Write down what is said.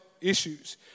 issues